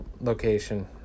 location